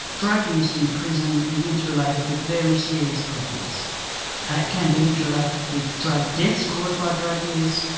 drug use in prison is inter-related with very serious problems. it can be inter-related with drug deaths caused by drug use,